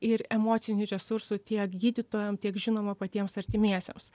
ir emocinių resursų tiek gydytojam tiek žinoma patiems artimiesiems